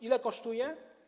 Ile kosztuje?